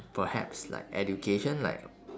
perhaps like education like